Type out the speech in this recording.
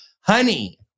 Honey